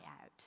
out